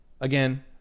Again